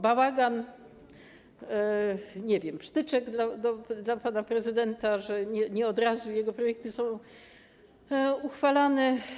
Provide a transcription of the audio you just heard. Bałagan, nie wiem, pstryczek dla pana prezydenta, że nie od razu jego projekty są uchwalane.